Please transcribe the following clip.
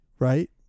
right